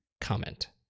comment